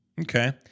Okay